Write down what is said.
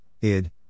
id